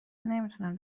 نمیتونم